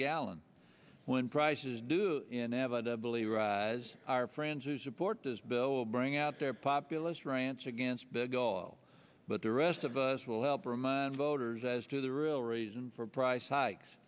gallon when prices do inevitably rise our friends who support this bill will bring out their populist rants against big oil but the rest of us will help remind voters as to the really reason for price hikes